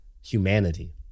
humanity